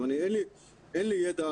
אין לנו ידע